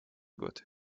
год